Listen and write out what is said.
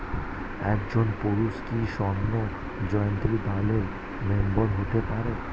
একজন পুরুষ কি স্বর্ণ জয়ন্তী দলের মেম্বার হতে পারে?